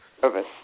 Service